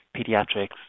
pediatrics